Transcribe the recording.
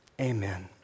Amen